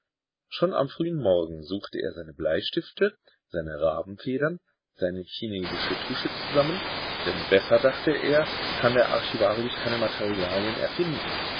schon am frühen morgen suchte er seine bleistifte seine rabenfedern seine chinesische tusche zusammen denn besser dachte er kann der archivarius keine materialien erfinden